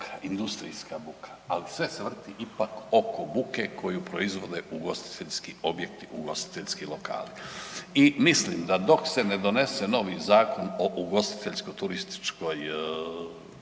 industrijska buka, ali sve se vrti oko buke koju proizvode ugostiteljski objekti, ugostiteljski lokali i mislim da se ne donese novi Zakon o ugostiteljsko-turističkoj